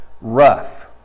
rough